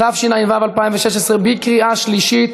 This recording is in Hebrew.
ואשר על